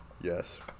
Yes